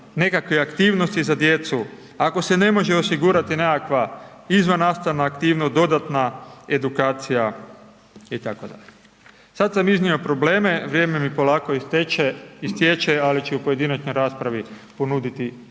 nekakve aktivnosti za djecu, ako se ne može osigurati nekakva izvannastavna aktivnost, dodatna edukacija itd. Sada sam iznio probleme, vrijeme mi polako istječe ali ću u pojedinačnoj raspravi, ponuditi i rješenja